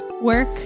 work